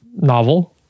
novel